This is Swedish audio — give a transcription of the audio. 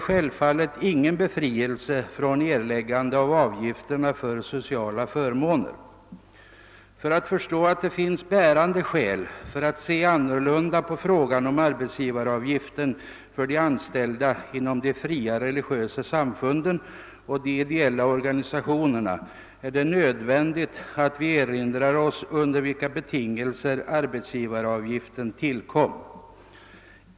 Självfallet begär ingen befrielse från erläggandet av avgifterna för sociala förmåner, men för att förstå att det finns bärande skäl för att se annorlunda på frågan om arbetsgivaravgiften för de anställda inom de fria religiösa samfunden och de ideella organisationerna är det nödvändigt att man erinrar sig under vilka betingelser arbetsgivaravgiften tillkom.